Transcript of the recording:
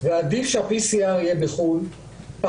ועדיף שה-PCR יהיה בחוץ לארץ כי